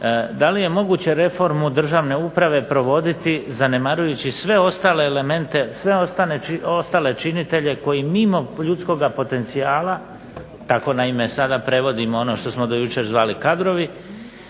Da li je moguće reformu državne uprave provoditi zanemarujući sve ostale elemente, sve ostale činitelje koji mimo ljudskog potencijala tako naima sada prevodimo ono što smo do jučer zvali kadrovi,